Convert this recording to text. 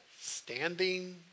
Standing